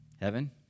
Heaven